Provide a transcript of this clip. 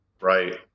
right